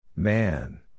Man